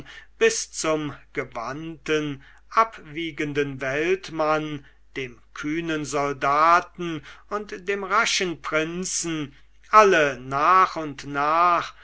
bis zum gewandten abwiegenden weltmann dem kühnen soldaten und dem raschen prinzen alle nach und nach